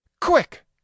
quick